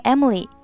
Emily” 。